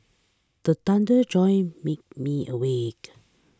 the thunder jolt me me awake